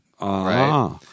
right